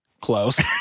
Close